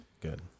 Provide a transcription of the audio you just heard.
good